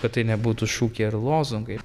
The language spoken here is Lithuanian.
kad tai nebūtų šūkiai ar lozungai